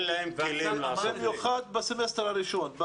במיוחד בסמסטר הראשון.